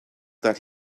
that